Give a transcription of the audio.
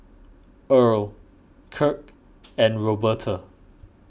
Erle Kirk and Roberta